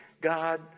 God